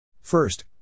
First